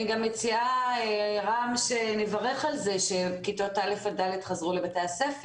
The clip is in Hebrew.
אני גם מציעה שנברך על זה שכיתות א' עד ד' חזרו לבית הספר.